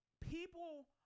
people